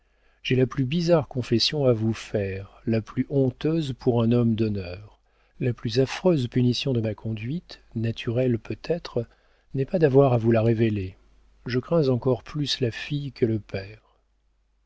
j'ai la plus bizarre confession à vous faire la plus honteuse pour un homme d'honneur la plus affreuse punition de ma conduite naturelle peut-être n'est pas d'avoir à vous la révéler je crains encore plus la fille que le père